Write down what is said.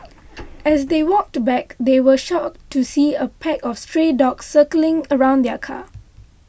as they walked back they were shocked to see a pack of stray dogs circling around the car